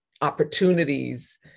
opportunities